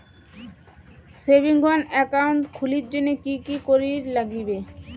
Savings account খুলির জন্যে কি কি করির নাগিবে?